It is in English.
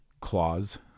clause